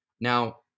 Now